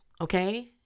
okay